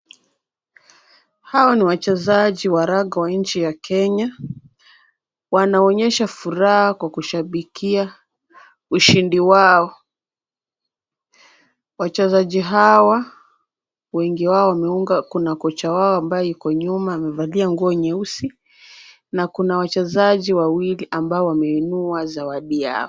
Hawa ni wachezaji wa raga wa nchi ya Kenya, wanaonyesha furaha kwa kushabikia ushindi wao. Wachezaji hawa wengi wao wameunga, kuna kocha wao ambaye yuko nyuma amevalia nguo nyeusi, na kuna wachezaji wawili ambao wameinua zawadi wao.